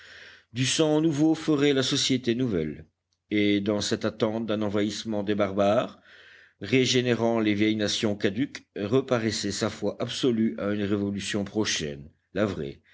du sang nouveau ferait la société nouvelle et dans cette attente d'un envahissement des barbares régénérant les vieilles nations caduques reparaissait sa foi absolue à une révolution prochaine la vraie